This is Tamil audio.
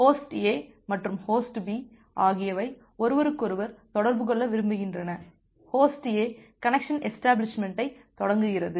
எனவே ஹோஸ்ட் A மற்றும் ஹோஸ்ட் B ஆகியவை ஒருவருக்கொருவர் தொடர்பு கொள்ள விரும்புகின்றன ஹோஸ்ட் A கனெக்சன் எஷ்டபிளிஷ்மெண்ட்டைத் தொடங்குகிறது